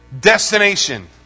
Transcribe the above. destination